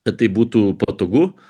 kad tai būtų patogu